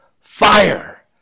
Fire